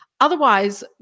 Otherwise